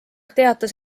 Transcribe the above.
teatas